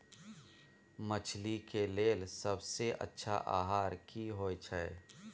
मछली के लेल सबसे अच्छा आहार की होय छै?